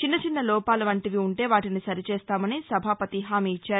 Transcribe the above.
చిన్న చిన్న లోపాల వంటివి వుంటే వాటిని సరిచేస్తామని సభాపతి హామీ ఇచ్చారు